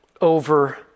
over